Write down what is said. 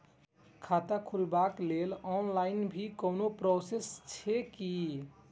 खाता खोलाबक लेल ऑनलाईन भी कोनो प्रोसेस छै की?